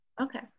Okay